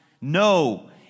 No